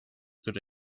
could